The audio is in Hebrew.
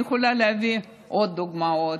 אני יכולה להביא עוד דוגמאות.